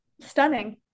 stunning